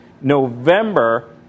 November